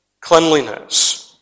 cleanliness